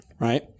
Right